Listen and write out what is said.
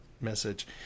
message